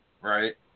right